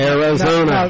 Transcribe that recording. Arizona